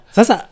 Sasa